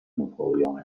napoleonic